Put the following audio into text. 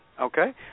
okay